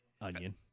Onion